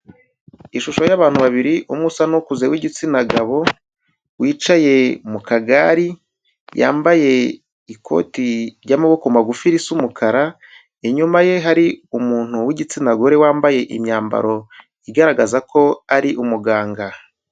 Ishusho y'abantu babiri, umwe usa n'ukuze w'igitsina gabo, wicaye mu kagare yambaye ikoti ry'amaboko magufi risa umukara, inyuma ye hari umuntu w'igitsina gore wambaye imyambaro igaragaza ko ari umuganga.